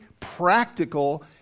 Practical